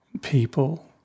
people